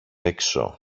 έξω